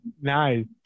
Nice